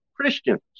Christians